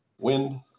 wind